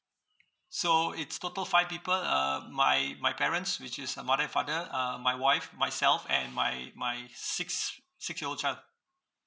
so it's total five people uh my my parents which is uh mother and father uh my wife myself and my my six six year old child